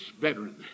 veteran